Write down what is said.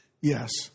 Yes